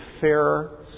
fairer